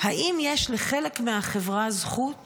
האם יש לחלק מהחברה זכות